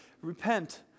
repent